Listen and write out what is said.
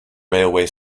railway